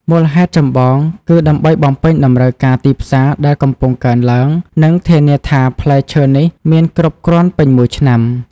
មូលហេតុចម្បងគឺដើម្បីបំពេញតម្រូវការទីផ្សារដែលកំពុងកើនឡើង និងធានាថាផ្លែឈើនេះមានគ្រប់គ្រាន់ពេញមួយឆ្នាំ។